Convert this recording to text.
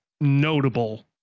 notable